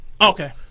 Okay